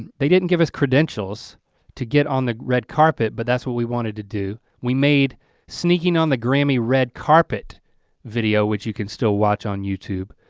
and they didn't give us credentials to get on the red carpet but that's what we wanted to do. we made sneaking on the grammy red carpet video which you can still watch on youtube.